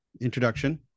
introduction